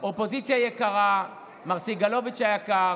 אופוזיציה יקרה, מר סגלוביץ' היקר,